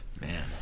man